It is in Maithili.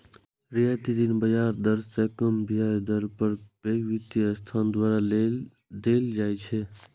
रियायती ऋण बाजार दर सं कम ब्याज दर पर पैघ वित्तीय संस्थान द्वारा देल जाइ छै